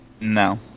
No